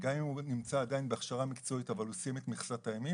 גם אם הוא נמצא עדיין בהכשרה מקצועית אבל הוא סיים את מכסת הימים,